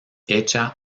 hecha